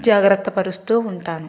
జాగ్రత్త పరుస్తు ఉంటాను